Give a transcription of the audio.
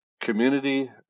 Community